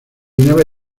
nave